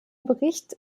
bericht